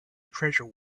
treasure